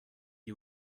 you